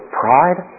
pride